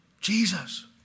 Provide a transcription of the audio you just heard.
Jesus